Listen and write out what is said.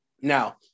Now